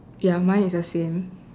ya mine is the same